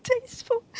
Tasteful